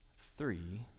three,